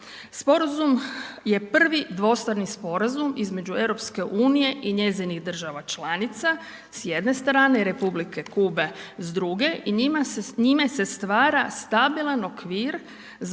Sporazum je prvi dvostrani sporazum između EU-a i njezinih država članica s jedne strane i Republike Kube s druge i njime se stabilan okvir za